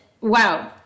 wow